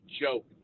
joke